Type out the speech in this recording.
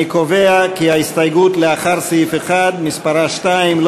אני קובע כי ההסתייגות לאחרי סעיף 1, שמספרה 2,